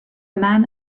man